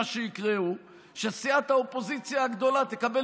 מה שיקרה הוא שסיעת האופוזיציה הגדולה תקבל